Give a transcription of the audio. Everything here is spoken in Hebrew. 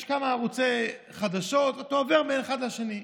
יש כמה ערוצי חדשות ואתה עובר מאחד לשני.